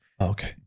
Okay